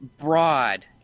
broad